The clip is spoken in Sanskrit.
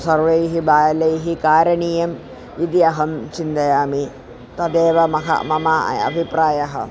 सर्वैः बालैः करणीयम् इति अहं चिन्तयामि तदेव मम मम अभिप्रायः